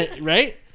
Right